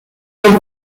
son